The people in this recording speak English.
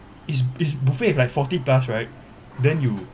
is is buffet like forty plus right then you